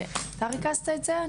אתה ריכזת את זה?